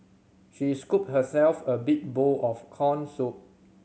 she scooped herself a big bowl of corn soup